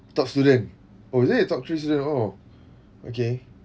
top student oh is it top three student oh okay